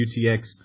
UTX